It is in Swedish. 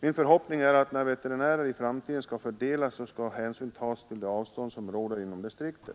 Min förhoppning är att när veterinärer i framtiden skall fördelas hänsyn kommer att tas till avstånden inom ett distrikt,